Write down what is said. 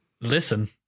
listen